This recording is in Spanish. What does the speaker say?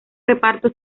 reparto